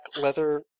leather